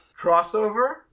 Crossover